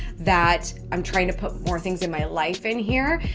that i'm trying to put more things in my life in here.